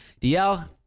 DL